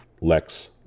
Lex